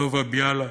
טובה ביאלה,